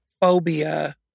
phobia